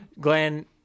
Glenn